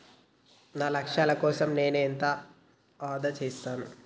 నా లక్ష్యాల కోసం నేను ఎంత ఆదా చేస్తాను?